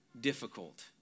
difficult